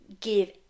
give